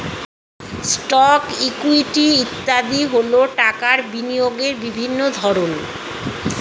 stocks, equity ইত্যাদি হল টাকা বিনিয়োগের বিভিন্ন ধরন